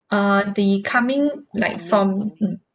uh the coming like from mm